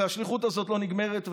והשליחות הזאת לא נגמרת.